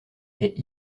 est